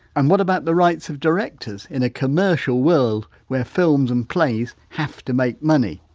and what about the rights of directors in a commercial world where films and plays have to make money?